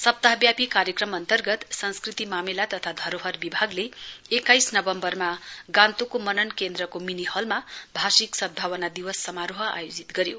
सप्ताहव्यापी कार्यक्रम अन्तर्गत संस्कृति मामिला तथा धरोहर विभागले एक्काइस नवम्बरमा गान्तोकको मनन केन्द्रको मिनि हलमा भाषिक सदभावना दिवस समारोह आयोजित गर्यो